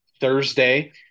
thursday